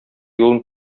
юлын